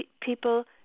people